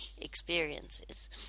experiences